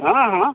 हाँ हाँ